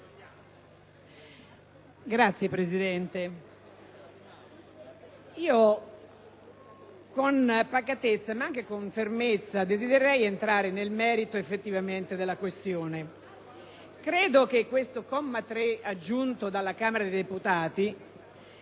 Signor Presidente, con pacatezza, ma anche con fermezza, desidererei entrare nel merito della questione. Credo che questo comma 3 aggiunto dalla Camera dei deputati